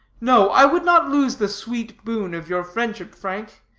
no, i would not lose the sweet boon of your friendship, frank.